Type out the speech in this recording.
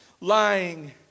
lying